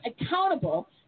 accountable